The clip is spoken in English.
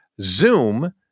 Zoom